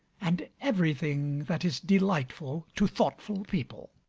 and everything that is delightful to thoughtful people.